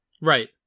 Right